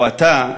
או אתה,